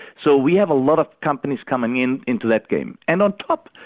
so we have a lot companies coming in, into that game. and on top,